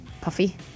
puffy